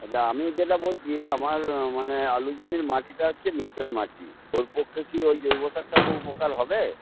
আচ্ছা আমি যেটা বলছি আমার মানে আলু জমির মাটিটা হচ্ছে এঁটেল মাটি ওর পক্ষে কি ওই জৈব সারটা খুব উপকার হবে